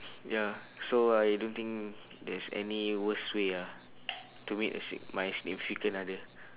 ya so I don't think there's any worst way ah to meet a sig~ my significant other